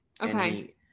Okay